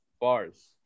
Bars